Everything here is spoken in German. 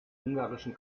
ungarischen